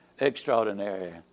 extraordinary